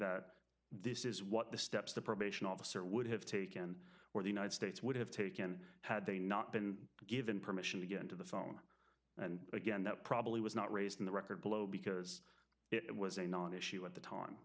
that this is what the steps the probation officer would have taken or the united states would have taken had they not been given permission to go into the phone again that probably was not raised in the record below because it was a non issue at the time